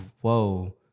Whoa